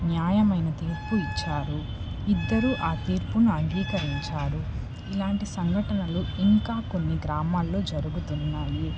న్యాయమైన తీర్పు ఇచ్చారు ఇద్దరు ఆ తీర్పును అంగీకరించారు ఇలాంటి సంఘటనలు ఇంకా కొన్ని గ్రామాల్లో జరుగుతున్నాయి